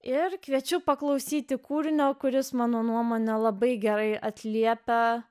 ir kviečiu paklausyti kūrinio kuris mano nuomone labai gerai atliepia